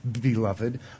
beloved